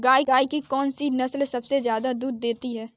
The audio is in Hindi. गाय की कौनसी नस्ल सबसे ज्यादा दूध देती है?